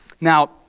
Now